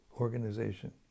organization